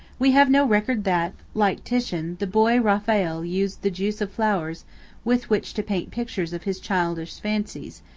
we have no record that, like titian, the boy raphael used the juice of flowers with which to paint pictures of his childish fancies,